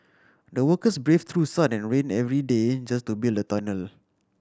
the workers braved through sun and rain every day just to build the tunnel